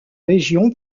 région